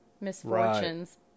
misfortunes